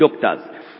doctors